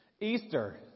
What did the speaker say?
Easter